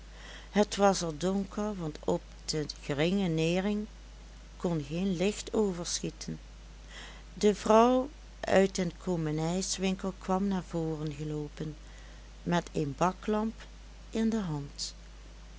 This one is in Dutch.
het was er donker want op de geringe nering kon geen licht overschieten de vrouw uit den koomenijswinkel kwam naar voren loopen met een baklamp in de hand